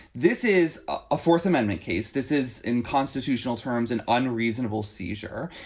this is a fourth amendment case. this is in constitutional terms, an unreasonable seizure.